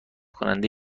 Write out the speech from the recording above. کننده